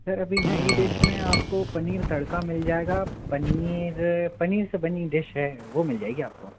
sir अभी नई dish में आपको पनीर तड़का मिल जाएगा पनीर पनीर से बनी डिश है वो मिल जाएगी आपको